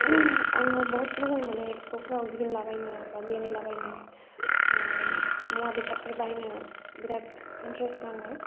आङो बहुत मोजां मोनो एक्सप' फ्राव गिदिंलाबायनो बा बेरायलाबायनो मुवा बेसादफोर बायनो बिरात इन्टरेस्ट नाङो